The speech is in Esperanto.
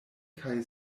kaj